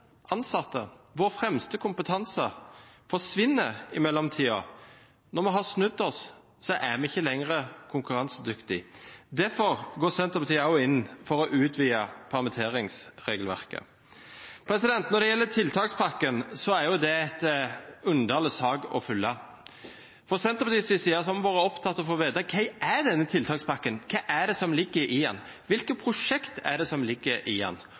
ansatte, deres fremste kompetanse, forsvinner i mellomtiden, er de ikke lenger konkurransedyktige, når de har snudd seg. Derfor går Senterpartiet også inn for å utvide permitteringsregelverket. Når det gjelder tiltakspakken, er det en underlig sak å følge. Fra Senterpartiets side har vi vært opptatt av å få vite hva som er i denne tiltakspakken. Hva er det som ligger i den? Hvilke prosjekt er det som ligger